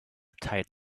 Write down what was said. tight